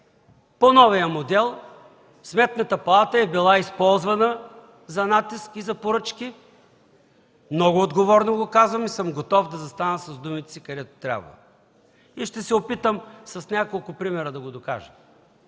по новия модел Сметната палата е била използвана за натиск и за поръчки. Много отговорно го казвам и съм готов да застана със думите където трябва. Ще се опитам с няколко примера да го докажа.